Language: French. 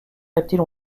reptiles